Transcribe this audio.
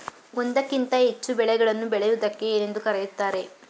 ಒಂದಕ್ಕಿಂತ ಹೆಚ್ಚು ಬೆಳೆಗಳನ್ನು ಬೆಳೆಯುವುದಕ್ಕೆ ಏನೆಂದು ಕರೆಯುತ್ತಾರೆ?